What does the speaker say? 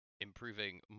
improving